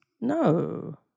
No